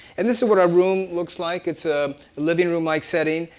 and this is what our room looks like. it's a living room like setting.